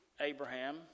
Abraham